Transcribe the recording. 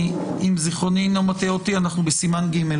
אם זיכרוני אינו מטעה אותי, אנחנו בסימן ג'.